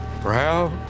Proud